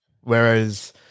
whereas –